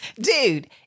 dude